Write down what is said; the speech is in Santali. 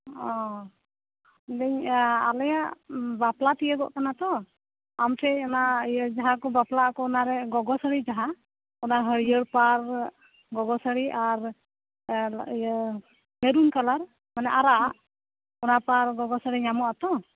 ᱚᱻ ᱢᱮᱱᱮᱫᱟᱹᱧ ᱟᱞᱮᱭᱟᱜ ᱵᱟᱯᱞᱟ ᱛᱤᱭᱳᱜᱚᱜ ᱠᱟᱱᱟ ᱛᱳ ᱟᱢ ᱴᱷᱮᱱ ᱚᱱᱟ ᱤᱭᱟᱹ ᱡᱟᱦᱟᱸ ᱠᱚ ᱵᱟᱯᱞᱟᱜ ᱟᱠᱚ ᱚᱱᱟᱨᱮ ᱜᱚᱜᱚ ᱥᱟᱹᱲᱤ ᱡᱟᱦᱟᱸ ᱚᱱᱟ ᱦᱟᱹᱨᱭᱟᱹᱲ ᱯᱟᱲ ᱜᱚᱜᱚ ᱥᱟᱹᱲᱤ ᱟᱨ ᱤᱭᱟᱹ ᱢᱮᱨᱩᱱ ᱠᱟᱞᱟᱨ ᱢᱟᱱᱮ ᱟᱨᱟᱜᱼᱟᱜ ᱚᱱᱟ ᱯᱟᱲ ᱜᱚᱜᱚ ᱥᱟᱹᱲᱤ ᱧᱟᱢᱚᱜᱼᱟ ᱛᱳ